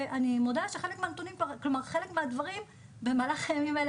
ואני מודה שחלק מהדברים במהלך הימים האלה